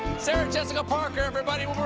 sarah jessica parker, erybody.